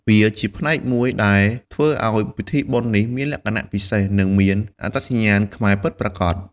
វាជាផ្នែកមួយដែលធ្វើឲ្យពិធីបុណ្យនេះមានលក្ខណៈពិសេស និងមានអត្តសញ្ញាណខ្មែរពិតប្រាកដ។